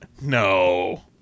No